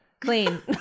Clean